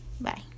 Bye